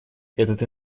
этот